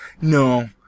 No